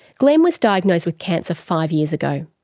glenn was diagnosed with cancer five years ago.